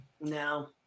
No